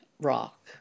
rock